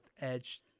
Edge